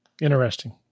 Interesting